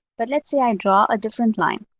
but let's say i and draw a different line.